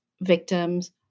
victims